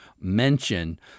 mention